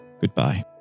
goodbye